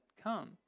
come